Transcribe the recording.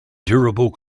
durable